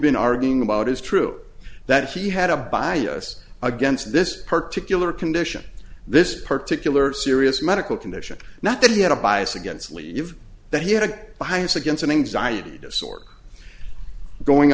been arguing about is true that he had a bias against this particular condition this particular serious medical condition not that he had a bias against leave that he had a bias against an anxiety disorder going